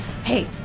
Hey